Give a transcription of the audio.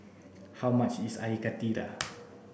how much is air karthira